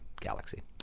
galaxy